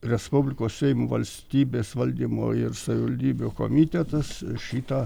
respublikos seimo valstybės valdymo ir savivaldybių komitetas šitą